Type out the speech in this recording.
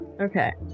Okay